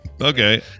Okay